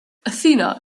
athena